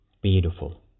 beautiful